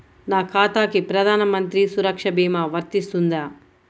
నా ఖాతాకి ప్రధాన మంత్రి సురక్ష భీమా వర్తిస్తుందా?